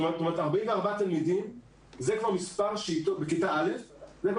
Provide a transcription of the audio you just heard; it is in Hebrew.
זאת אומרת ש-44 תלמידים בכיתה א' זה כבר